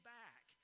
back